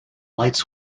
lights